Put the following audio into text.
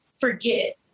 forget